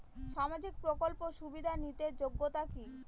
সামাজিক প্রকল্প সুবিধা নিতে যোগ্যতা কি?